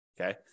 Okay